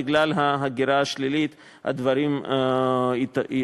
בגלל ההגירה השלילית הדברים התהפכו,